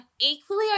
equally